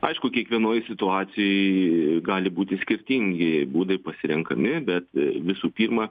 aišku kiekvienoj situacijoj gali būti skirtingi būdai pasirenkami bet visų pirma